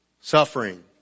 Suffering